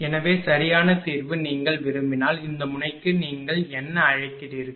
எனவே சரியான தீர்வு நீங்கள் விரும்பினால் இந்த முனைக்கு நீங்கள் என்ன அழைக்கிறீர்கள்